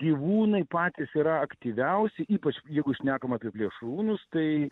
gyvūnai patys yra aktyviausi ypač jeigu šnekam apie plėšrūnus tai